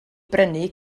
brynu